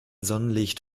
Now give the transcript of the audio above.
sonnenlicht